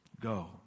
go